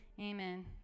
amen